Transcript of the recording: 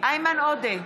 איימן עודה,